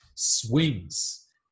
Swings